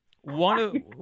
one